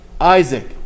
Isaac